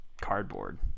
cardboard